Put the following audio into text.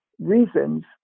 reasons